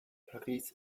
paris